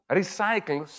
recycle